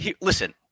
listen